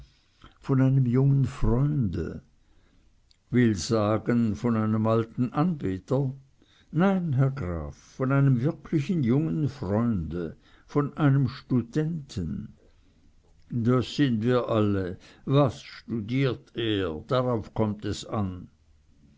von einem jungen freunde will sagen von einem alten anbeter nein herr graf von einem wirklichen jungen freunde von einem studenten das sind wir alle was studiert er darauf kommt es an